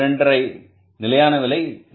5 நிலையான விலை 2